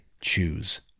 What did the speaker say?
choose